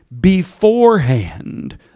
Beforehand